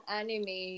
anime